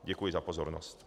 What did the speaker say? Děkuji za pozornost.